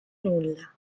nulla